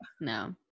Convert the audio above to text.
no